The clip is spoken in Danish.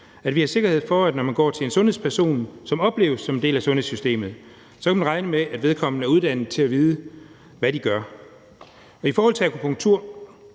at vi har sikkerhed for, at når man går til en sundhedsperson, som opleves som en del af sundhedssystemet, så kan man regne med, at vedkommende er uddannet til at vide, hvad vedkommende gør. I forhold til akupunktur